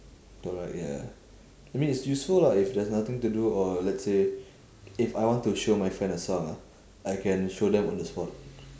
correct ya I mean it's useful lah if there's nothing to do or let's say if I want to show my friend a song ah I can show them on the spot